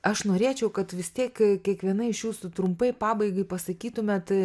aš norėčiau kad vis tiek kiekviena iš jūsų trumpai pabaigai pasakytumėt